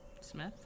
Smith